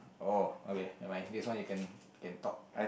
oh okay never mind this one you can can talk